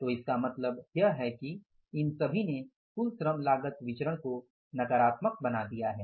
तो इसका मतलब यह है कि इन सभी ने कुल श्रम लागत विचरण को नकारात्मक बना दिया है